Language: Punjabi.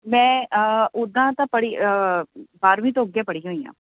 ਮੈਂ ਉੱਦਾਂ ਤਾਂ ਪੜ੍ਹੀ ਬਾਰਵੀਂ ਤੋਂ ਅੱਗੇ ਪੜ੍ਹੀ ਹੋਈ ਹਾਂ